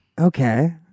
Okay